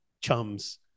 chums